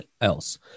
else